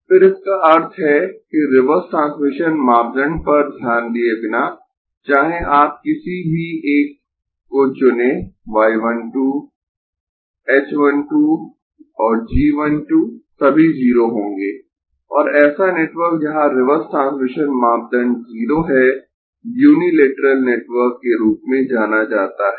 फिर इसका अर्थ है कि रिवर्स ट्रांसमिशन मापदंड पर ध्यान दिए बिना चाहे आप किसी भी एक को चुनें y 1 2 h 1 2 और g 1 2 सभी 0 होंगें और ऐसा नेटवर्क जहां रिवर्स ट्रांसमिशन मापदंड 0 है यूनिलेटरल नेटवर्क के रूप में जाना जाता है